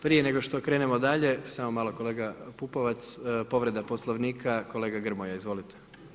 Prije nego što krenemo dalje, samo malo kolega Pupovac, povreda Poslovnika, kolega Grmoja, izvolite.